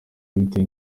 bitewe